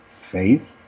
faith